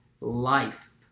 Life